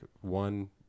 One